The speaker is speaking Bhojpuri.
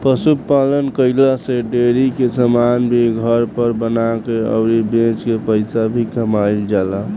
पशु पालन कईला से डेरी के समान भी घर पर बना के अउरी बेच के पईसा भी कमाईल जाला